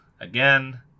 again